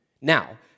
Now